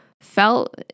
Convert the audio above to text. felt